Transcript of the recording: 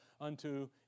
unto